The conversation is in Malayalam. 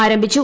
ആരംഭിച്ചു